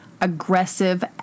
aggressive